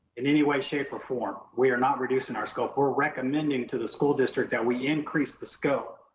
in any way, shape or form, we are not reducing our scope. we're recommending to the school district that we increase the scope,